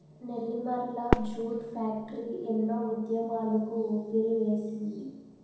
Nellimarla jute factory ఎన్నో ఉద్యమాలకు ఊపిరివేసింది